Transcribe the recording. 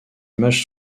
images